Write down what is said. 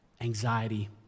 anxiety